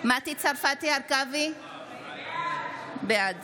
מטי צרפתי הרכבי, בעד